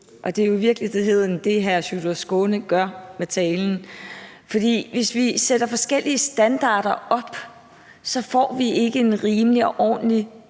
Det er jo i virkeligheden det, hr. Sjúrður Skaale gør med talen. For hvis vi sætter forskellige standarder op, får vi ikke en rimelig og ordentlig